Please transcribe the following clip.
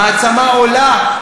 מעצמה עולה.